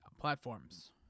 platforms